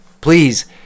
Please